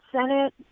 Senate